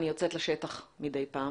מדי פעם